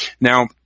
Now